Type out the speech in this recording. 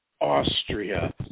Austria